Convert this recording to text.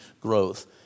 growth